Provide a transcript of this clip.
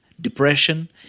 depression